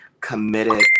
committed